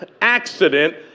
accident